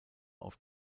auf